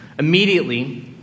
Immediately